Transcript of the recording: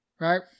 right